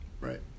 right